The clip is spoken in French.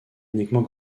uniquement